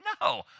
No